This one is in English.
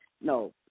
no